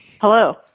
Hello